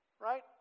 right